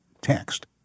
text